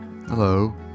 Hello